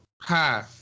Hi